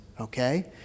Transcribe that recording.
Okay